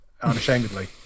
unashamedly